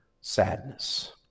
sadness